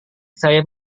saya